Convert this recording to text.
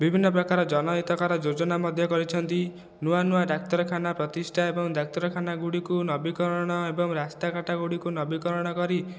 ବିଭିନ୍ନ ପ୍ରକାର ଜନହିତକର ଯୋଜନା ମଧ୍ୟ କରିଛନ୍ତି ନୂଆ ନୂଆ ଡାକ୍ତରଖାନା ପ୍ରତିଷ୍ଠା ଏବଂ ଡାକ୍ତରଖାନା ଗୁଡ଼ିକୁ ନବୀକରଣ ଏବଂ ରାସ୍ତାଘାଟ ଗୁଡ଼ିକୁ ନବୀକରଣ କରି